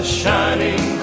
shining